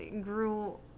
grew